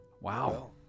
Wow